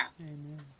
Amen